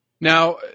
Now